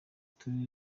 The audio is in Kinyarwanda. turere